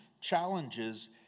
challenges